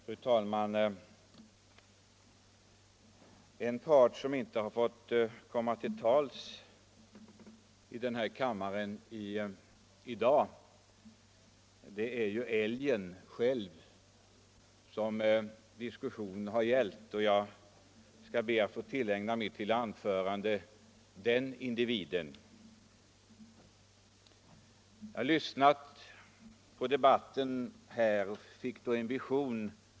Fru talman! En part som inte har fått komma till tals här i kammaren i dag är älgen själv, som diskussionen har gällt. Jag skall be att få tillägna den individen mitt lilla anförande.